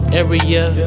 area